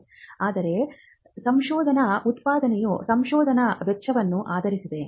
ಆದರೆ ಸಂಶೋಧನಾ ಉತ್ಪಾದನೆಯು ಸಂಶೋಧನಾ ವೆಚ್ಚವನ್ನು ಆಧರಿಸಿದೆ